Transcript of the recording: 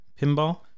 pinball